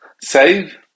save